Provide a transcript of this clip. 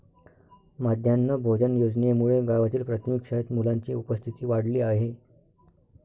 माध्यान्ह भोजन योजनेमुळे गावातील प्राथमिक शाळेत मुलांची उपस्थिती वाढली आहे